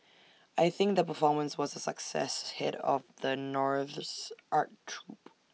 I think the performance was A success Head of the North's art troupe